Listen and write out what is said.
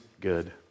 good